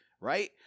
right